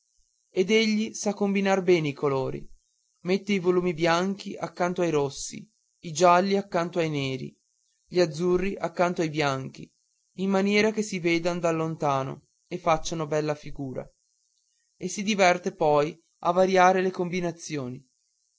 ed egli sa combinar bene i colori mette i volumi bianchi accanto ai rossi i gialli accanto ai neri gli azzurri accanto ai bianchi in maniera che si vedan di lontano e facciano bella figura e si diverte poi a variare le combinazioni